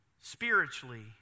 spiritually